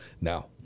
Now